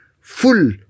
full